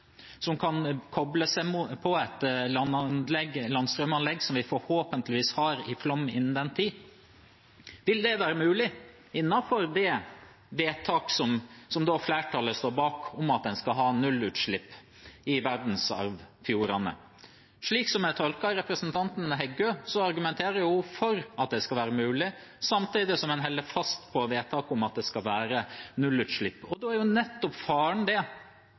som kan koble seg på et landstrømanlegg som vi forhåpentligvis har i Flåm innen den tid, vil det være mulig innenfor det vedtak som flertallet står bak, om at en skal ha nullutslipp i verdensarvfjordene? Slik som jeg tolker representanten Heggø, argumenterer hun for at det skal være mulig, samtidig som en holder fast på vedtaket om at det skal være nullutslipp. Når det kommer i Flåm, vil det være én plass i Sognefjorden hvor en kan koble seg på et landstrømanlegg, og det